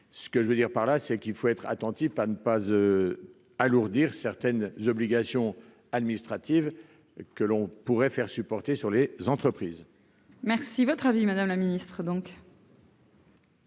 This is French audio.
ce que je veux dire par là c'est qu'il faut être attentif à ne pas s'alourdir certaines obligations administratives que l'on pourrait faire supporter sur les entreprises. Merci, votre avis, Madame la Ministre, donc.